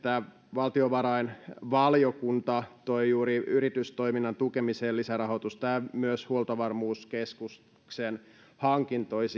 valtiovarainvaliokunta toi juuri yritystoiminnan tukemiseen lisärahoitusta ja myös huoltovarmuuskeskuksen hankintoihin